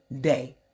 day